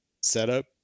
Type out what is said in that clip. setup